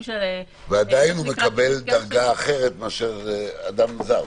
של- - ועדיין הוא מקבל דרגה אחרת מאשר אדם זר.